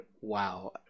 wow